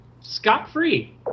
scot-free